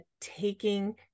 taking